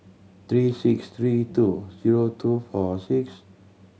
three six three two zero two four six